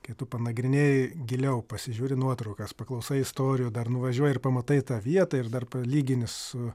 kai panagrinėji giliau pasižiūri nuotraukas paklausai istorijų dar nuvažiuoji ir pamatai tą vietą ir dar palygini su